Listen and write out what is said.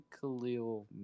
Khalil